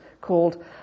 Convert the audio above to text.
called